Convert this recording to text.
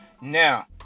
Now